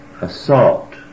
assault